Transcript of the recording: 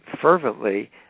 fervently